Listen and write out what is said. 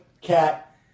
cat